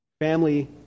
Family